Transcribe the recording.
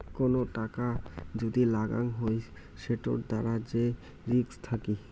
কোন টাকা যদি লাগাং হই সেটোর দ্বারা যে রিস্ক থাকি